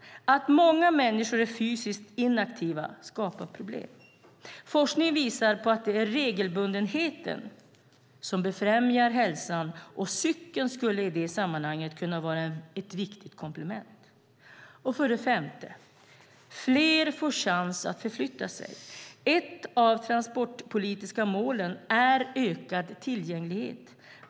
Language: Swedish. Att många människor är fysiskt inaktiva skapar problem. Forskning visar på att det är regelbundenheten som främjar hälsan. Cykeln skulle i det sammanhanget kunna vara ett viktigt komplement. För det femte får fler chans att förflytta sig. Ett av de transportpolitiska målen är ökad tillgänglighet.